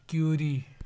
Curie